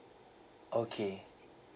okay